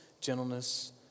gentleness